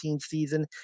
season